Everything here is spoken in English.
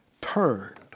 turned